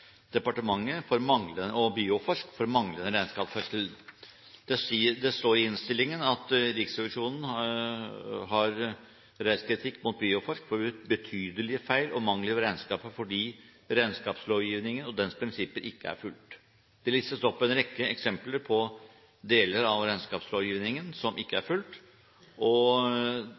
og Bioforsk for manglende regnskapsførsel. Det står i innstillingen at Riksrevisjonen «har reist kritikk mot Bioforsk for betydelige feil og mangler ved regnskapet fordi regnskapslovgivningen og dens prinsipper ikke er fulgt.» Det listes opp en rekke eksempler på deler av regnskapslovgivningen som ikke er fulgt, og